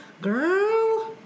girl